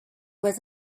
was